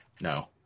no